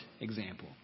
example